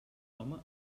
home